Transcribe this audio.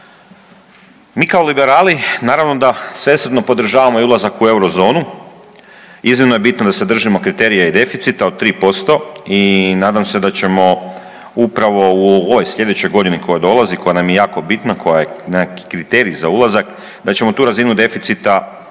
Mi kao liberali, naravno da svesrdno podržavamo i ulazak u euro zonu. Iznimno je bitno da se držimo kriterija i deficita od 3% i nadam se da ćemo upravo u ovoj sljedećoj godini koja dolazi, koja nam je jako bitna, koja je nekakav kriterij za ulazak, da ćemo tu razinu deficita održati,